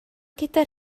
gyda